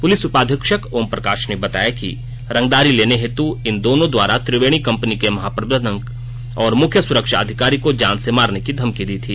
police उपाधीक्षक ओम प्रकाश ने बताया कि रंगदारी लेने हेतु इन दोनों द्वारा त्रिवेणी कंपनी के महाप्रबंधक और मुख्य सुरक्षा अधिकारी को जान से मारने की धमकी दी गई